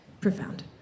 Profound